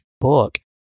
book